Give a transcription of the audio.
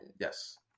Yes